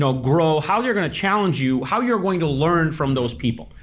so grow, how they're gonna challenge you, how you're going to learn from those people.